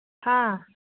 ꯍꯥ